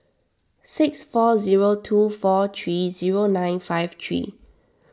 six four zero two four three zero nine five three